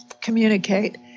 communicate